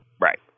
right